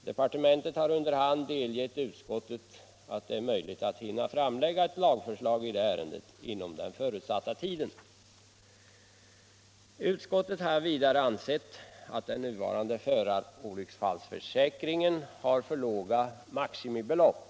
Departementet har under hand förklarat att det är möjligt att hinna framlägga ett lagförslag i ärendet inom den förutsatta tiden. Vidare anser utskottet att den nuvarande förarolycksfallsförsäkringen har för låga maximibelopp.